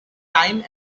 time